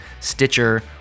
Stitcher